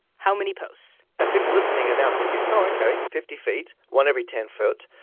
how many posts? and people listening are now thinking, oh, ok, fifty feet, one every ten foot,